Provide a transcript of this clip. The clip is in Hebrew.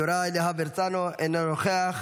חבר הכנסת יוראי להב הרצנו, אינו נוכח,